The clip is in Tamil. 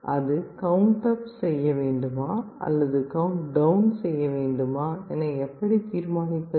அது கவுண்ட் அப் செய்ய வேண்டுமா அல்லது கவுண்ட் டவுன் செய்ய வேண்டுமா என எப்படி தீர்மானிப்பது